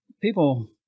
people